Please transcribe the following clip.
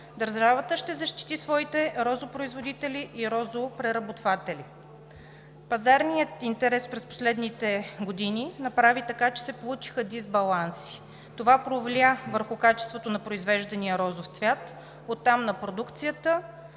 държавата ще защити своите розопроизводители и розопреработватели. Пазарният интерес през последните години направи така, че се получиха дисбаланси. Това повлия върху качеството на произвеждания розов цвят, оттам на продукцията,